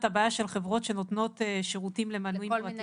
הבעיה של חברות שנותנות שירותים למנויים פרטיים.